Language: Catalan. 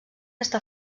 està